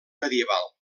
medieval